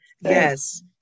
Yes